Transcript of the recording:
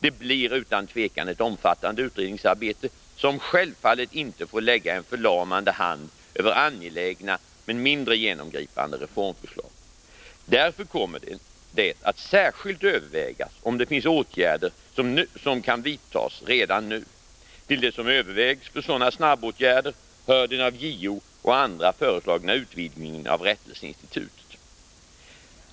Det blir utan tvekan ett omfattande utredningsarbete, som självfallet inte får lägga en förlamande hand över angelägna men mindre genomgripande reformförslag. Därför kommer det att särskilt övervägas om det finns åtgärder som kan vidtas redan nu. Till det som övervägs för sådana snabbåtgärder hör den av JO och andra föreslagna utvidgningen av rättelseinstitutet.